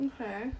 Okay